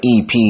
EP